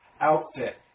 outfit